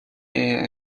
est